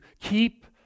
keep